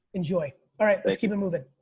enjoy, all right, let's keep it moving.